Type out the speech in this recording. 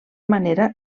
manera